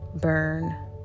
burn